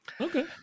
Okay